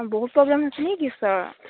অঁ বহুত প্ৰব্লেম হৈছে নেকি ছাৰ